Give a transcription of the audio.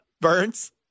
Burns